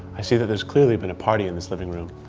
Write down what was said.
i see that there's clearly been a party in this living room.